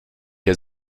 der